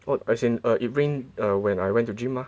oh as in err it rain when I went to gym mah